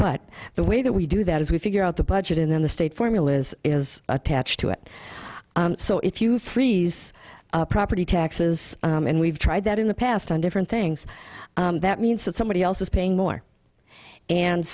but the way that we do that is we figure out the budget in the state formulas is attached to it so if you freeze property taxes and we've tried that in the past on different things that means that somebody else is paying more and